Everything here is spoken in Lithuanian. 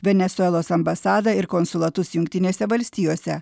venesuelos ambasadą ir konsulatus jungtinėse valstijose